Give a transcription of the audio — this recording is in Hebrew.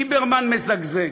עליו: ליברמן מזגזג,